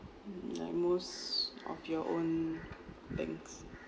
like most of your own banks